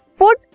put